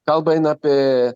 kalba eina apie